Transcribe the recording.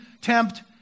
tempt